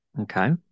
okay